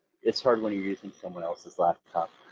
it's hard when you're using someone else's laptop.